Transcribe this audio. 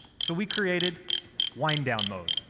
so, we created wind down mode.